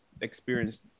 experienced